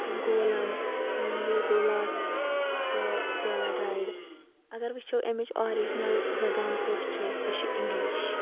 Gollum Legolas تہٕ Galadriel اَگر وٕچھو أمِچ آرجِنَل زبان کۄس چھِ سۄ چھِ اِنگلِش